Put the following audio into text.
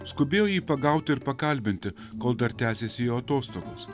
skubėjau jį pagauti ir pakalbinti kol dar tęsėsi jo atostogos